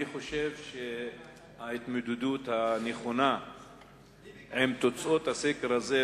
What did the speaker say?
אני חושב שההתמודדות הנכונה עם תוצאות הסקר הזה,